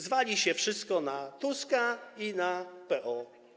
Zwali się wszystko na Tuska i na PO.